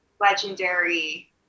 legendary